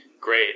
Great